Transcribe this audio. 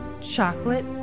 Chocolate